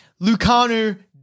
Lucanu